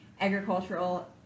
agricultural